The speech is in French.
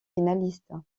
finaliste